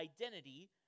identity